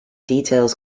details